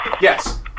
Yes